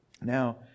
Now